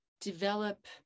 develop